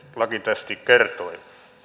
lakiteksti kertoi